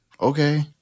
okay